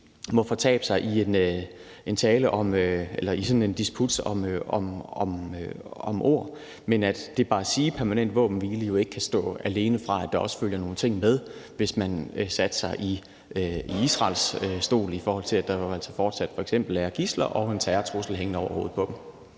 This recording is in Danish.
må fortabe sig i sådan en disput om ord, og at det bare at sige ordene permanent våbenhvile ikke kan stå alene over for, at der også følger nogle ting med, hvis man satte sig i Israels stol, i forhold til at der jo altså fortsat f.eks. er taget gidsler, og at Israel har en terrortrussel hængende over hovedet på sig.